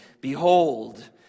Behold